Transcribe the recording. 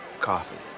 coffee